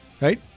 right